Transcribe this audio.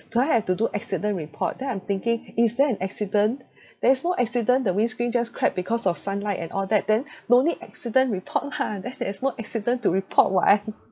do I have to do accident report then I'm thinking is there an accident there is no accident the windscreen just crack because of sunlight and all that then no need accident report lah then there's no accident to report [what]